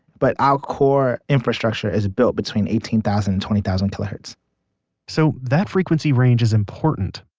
but our core infrastructure is built between eighteen thousand and twenty thousand kilohertz so, that frequency range is important,